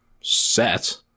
set